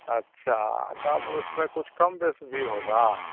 अच्छा तब उसमें कुछ कम बेस भी होगा